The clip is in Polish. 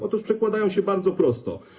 Otóż przekładają się, to bardzo proste.